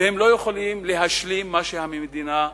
והם לא יכולים להשלים מה שהמדינה מחסירה.